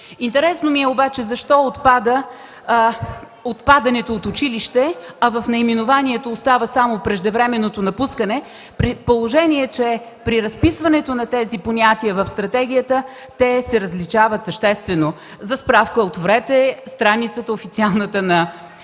Интересно ни е обаче защо се премахва отпадането от училище, а от наименованието остава само преждевременното напускане, при положение, че при разписването на тези понятия в стратегията, те се различават съществено. За справка отворете официалната страница